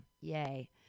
yay